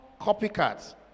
copycats